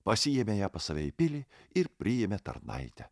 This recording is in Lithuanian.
pasiėmė ją pas save į pilį ir priėmė tarnaite